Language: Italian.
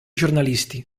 giornalisti